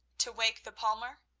to wake the palmer?